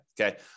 okay